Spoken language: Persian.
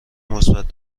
مثبت